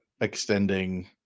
extending